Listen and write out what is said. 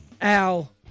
al